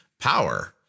power